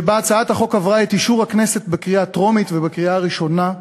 שבה הצעת החוק עברה את אישור הכנסת בקריאה טרומית ובקריאה הראשונה,